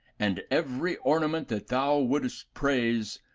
and every ornament that thou wouldest praise,